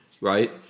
right